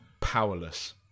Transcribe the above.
powerless